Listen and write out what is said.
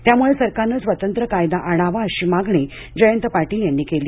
त्यामुळे सरकारनं स्वतंत्र कायदा आणावा अशी मागणी जयंत पाटील यांनी केली